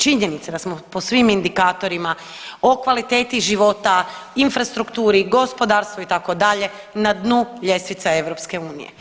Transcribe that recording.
Činjenica da smo po svim indikatorima, o kvaliteti života, infrastrukturi, gospodarstvu itd. na dnu ljestvice EU.